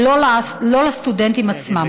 ולא לסטודנטים עצמם.